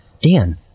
Dan